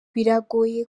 biragoye